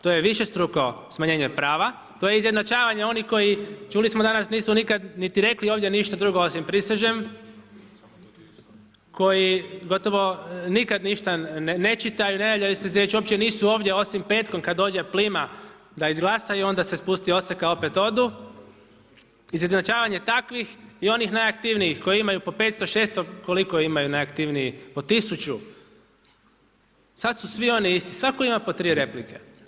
To je višestruko smanjenje prava, to je izjednačavanje onih koji čuli smo danas nisu nikad niti rekli ništa drugo osim prisežem, koji gotovo nikad ništa ne čitaju, ne javljaju se za riječ, uopće nisu ovdje osim petkom kada dođe plima da izglasaju onda se spusti oseka opet odu, izjednačavanje takvih i onih najaktivnijih koji imaju po 500, 600 koliko imaju najaktivniji po tisuću sada su svi oni isti. svako ima po tri replike.